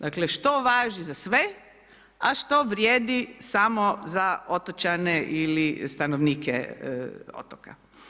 Dakle, što važi za sve, a što vrijedi samo za otočane ili stanovnike otoka.